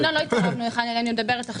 ינון, לא הפרעתי לך, אני מדברת עכשיו.